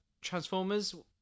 Transformers